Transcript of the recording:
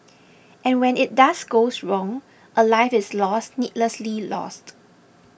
and when it does goes wrong a life is lost needlessly lost